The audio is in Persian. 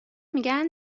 میگن